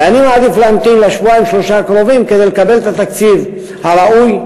ואני אעדיף להמתין בשבועיים-שלושה הקרובים כדי לקבל את התקציב הראוי,